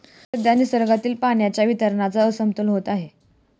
सध्या निसर्गातील पाण्याच्या वितरणाचा असमतोल होत आहे